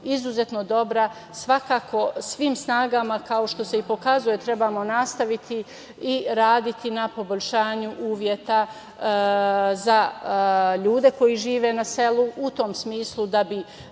izuzetno dobra, svakako svim snagama, kao što se i pokazuje, trebamo nastaviti i raditi na poboljšanju uslova za ljude koji žive na selu. U tom smislu, da bi